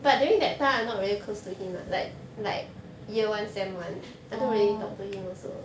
orh